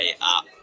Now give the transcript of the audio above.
up